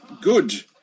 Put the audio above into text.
good